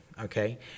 okay